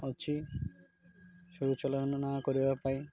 ଅଛି ସୁଚାଳନା କରିବା ପାଇଁ